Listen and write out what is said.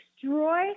destroy